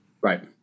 Right